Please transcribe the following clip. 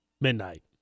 midnight